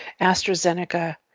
AstraZeneca